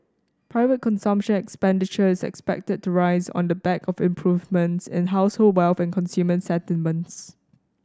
private consumption expenditure is expected to rise on the back of improvements in household wealth and consumer sentiments